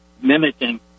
mimicking